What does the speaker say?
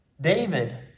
David